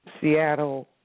Seattle